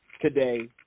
today